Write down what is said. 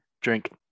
drink